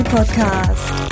Podcast